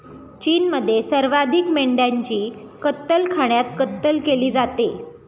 चीनमध्ये सर्वाधिक मेंढ्यांची कत्तलखान्यात कत्तल केली जाते